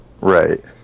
Right